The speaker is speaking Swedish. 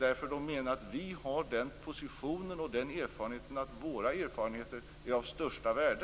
De menar att vi har den positionen och den erfarenheten, och att våra erfarenheter är av största värde.